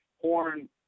Horn